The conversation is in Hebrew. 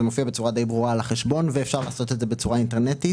זה מופיע בצורה די ברורה על החשבון ואפשר לעשות את זה בצורה אינטרנטית.